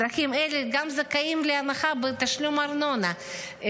אזרחים אלה גם זכאים להנחה בתשלום הארנונה,